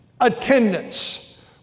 attendance